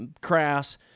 crass